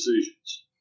decisions